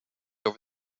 over